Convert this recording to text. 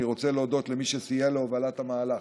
אני רוצה להודות למי שסייע להובלת המהלך,